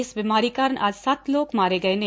ਇਸ ਬਿਮਾਰੀ ਕਾਰਨ ੱੱਜ ਸੱਤ ਲੋਕ ਮਾਰੇ ਗਏ ਨੇ